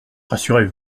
rassurez